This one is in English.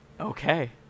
Okay